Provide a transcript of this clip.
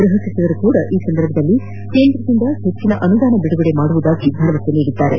ಗೃಹ ಸಚಿವರು ಕೂಡ ಈ ಸಂದರ್ಭದಲ್ಲಿ ಕೇಂದ್ರದಿಂದ ಹೆಚ್ಚನ ಅನುದಾನ ಬಿಡುಗಡೆ ಮಾಡುವುದಾಗಿ ಭರವಸೆ ನೀಡಿದ್ದಾರೆ